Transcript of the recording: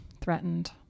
threatened